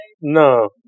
No